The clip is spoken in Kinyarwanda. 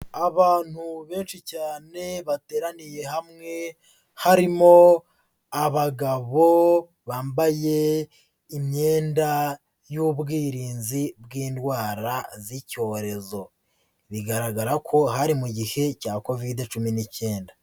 Abantu benshi cyane, bateraniye hamwe, harimo abagabo bambaye imyenda y'ubwirinzi bw'indwara z'icyorezo. Bigaragara ko hari mu gihe cya Covid 19.